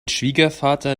schwiegervater